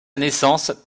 naissance